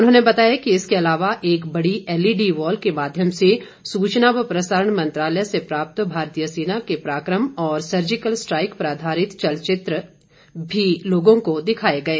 उन्होंने बताया कि इसके अलावा एक बड़ी एलईडी वॉल के माध्यम से सूचना व प्रसारण मंत्रालय से प्राप्त भारतीय सेना के पराकम और सर्जिकल स्ट्राईक पर आधारित चलचित्र एक बड़ी एलईडी वॉल के माध्यम से लोगों को दिखाए गए